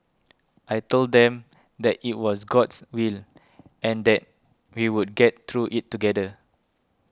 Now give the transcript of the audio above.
I told them that it was God's will and that we would get through it together